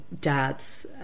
dads